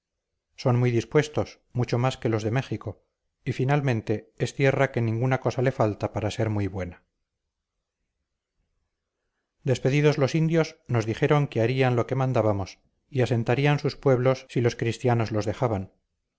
son muy dispuestos mucho más que los de méjico y finalmente es tierra que ninguna cosa le falta para ser muy buena despedidos los indios nos dijeron que harían lo que mandábamos y asentarían sus pueblos si los cristianos los dejaban